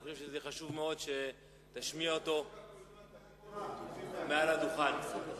יהיה חשוב מאוד שתשמיע אותו מעל הדוכן.